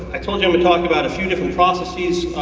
i told y'all we'd talk about a few different processes,